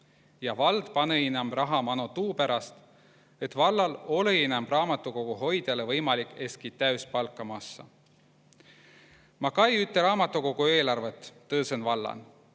Ja vald panõ‑i inämp rahha mano tuuperast, õt vallal olõ‑i inämp raamatukogo hoidjalõ võimalik eski täüspalka massa. Ma kai üte raamatukogo eelarvõt tõõsõn vallan.